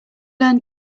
learn